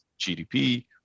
GDP